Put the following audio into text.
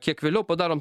kiek vėliau padarom